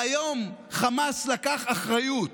והיום חמאס לקח אחריות